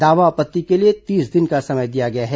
दावा आपत्ति के लिए तीस दिन का समय दिया गया है